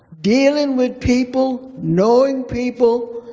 dealing with people, knowing people,